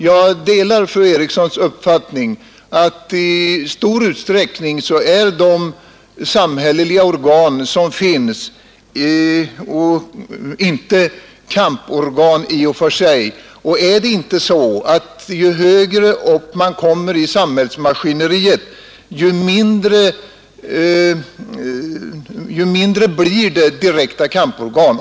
Jag delar fru Erikssons uppfattning att de samhälleliga organ som verkar på detta område i stor utsträckning inte är egentliga kamporgan. Är det inte också så att det blir mindre av direkta kamporgan ju högre upp man kommer i samhällsmaskineriet?